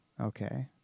Okay